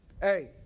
Hey